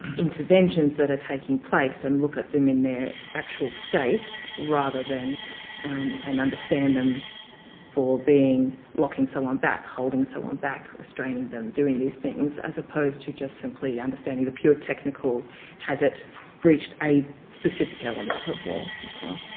interventions that are taking place and look at them in their actual state rather than and understand them for being locking someone back, holding someone back, restraining them, doing these things, as opposed to just simply understanding the pure technical has it breached a specific element of law as well.